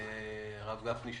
הרב גפני,